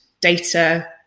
data